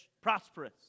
prosperous